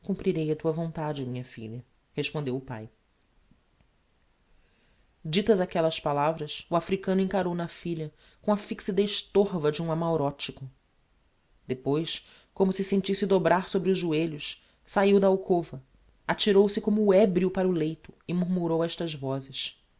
cumprirei a tua vontade minha filha respondeu o pai ditas aquellas palavras o africano encarou na filha com a fixidez torva de um amaurotico depois como se sentisse dobrar sobre os joelhos sabiu da alcova atirou-se como ebrio para o leito e murmurou estas vozes